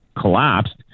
collapsed